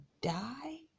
die